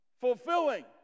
fulfilling